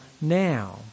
now